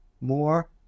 more